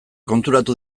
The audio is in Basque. konturatu